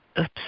Oops